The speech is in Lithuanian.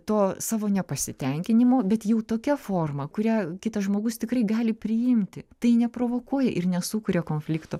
to savo nepasitenkinimo bet jau tokia forma kurią kitas žmogus tikrai gali priimti tai neprovokuoja ir nesukuria konflikto